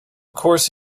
course